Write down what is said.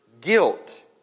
guilt